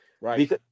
right